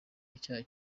icyaha